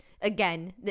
again